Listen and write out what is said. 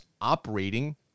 operating